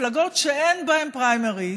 מפלגות שאין בהן פריימריז,